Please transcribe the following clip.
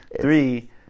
Three